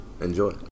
enjoy